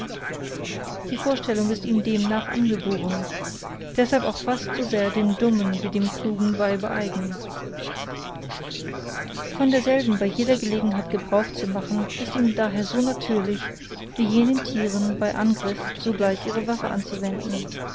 die verstellung ist ihm demnach angeboren deshalb auch fast so sehr dem dummen wie dem klugen weibe eigen von derselben bei jeder gelegenheit gebrauch zu machen ist ihm daher so natürlich wie jenen thieren bei angriff sogleich ihre waffen anzuwenden